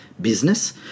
business